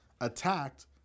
attacked